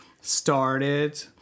started